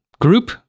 Group